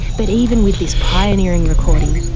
but even with this pioneering recording,